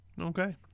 Okay